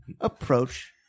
approach